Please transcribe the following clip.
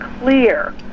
clear